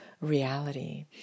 reality